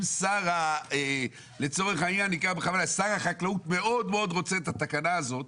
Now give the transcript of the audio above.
אם לצורך העניין שר החקלאות מאוד מאוד רוצה את התקנה הזאת,